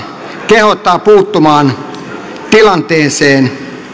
kehottaa puuttumaan tilanteeseen